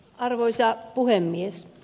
arvoisa puhemies